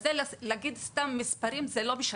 אז להגיד סתם מספרים זה לא משקף.